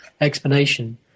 explanation